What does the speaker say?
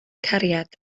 cariad